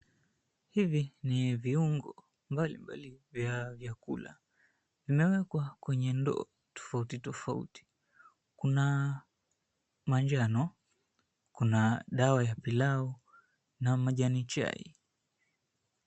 Hivi ni viungo mbalimbali vya vyakula, inayowekwa kwenye ndoo tofauti tofauti, kuna manjano, kuna dawa ya pilau na majani chai.